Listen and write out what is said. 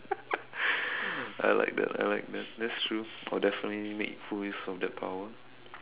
I like that I like that that's true I'll definitely make full use of that power